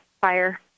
fire